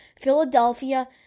Philadelphia